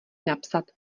napsat